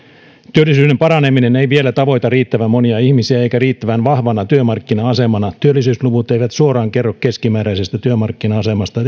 työllisyyden paraneminen ei vielä tavoita riittävän monia ihmisiä eikä riittävän vahvana työmarkkina asemana työllisyysluvut eivät suoraan kerro keskimääräisestä työmarkkina asemasta